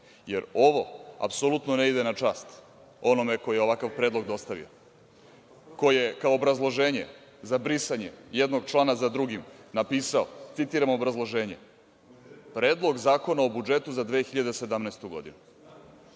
Jer, ovo apsolutno ne ide na čast onome ko je ovakav predlog dostavio, ko je kao obrazloženje za brisanje jednog člana za drugim napisao, citiram obrazloženje: „Predlog zakona o budžetu za 2017. godinu“.